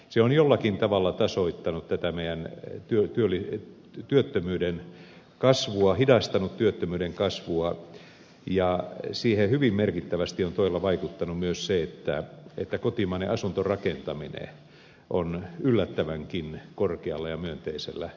se on jollakin tavalla tai soittanut että me emme juhlineet työttömyyden kasvua hidastanut työttömyyden kasvua ja siihen hyvin merkittävästi on todella vaikuttanut myös se että kotimainen asuntorakentaminen on yllättävänkin korkealla ja myönteisellä tasolla